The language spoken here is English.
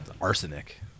Arsenic